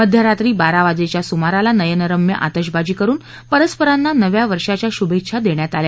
मध्यरात्री बारा वाजेच्या सुमारास नयनरम्य आतिषबाजी करून परस्परांना नव्या वर्षाच्या शूभेच्छा देण्यात आल्या